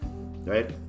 Right